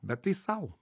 bet tai sau